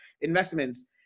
investments